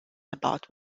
about